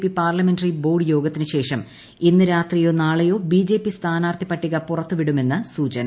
P parliamentary board യോഗത്തിന് ശ്രേഷ്ട് ഇന്നു രാത്രിയോ നാളെയോ ബിജെപി സ്ഥാനാർഥിപ്പിട്ടിക പുറത്തു വിടുമെന്ന് സൂചന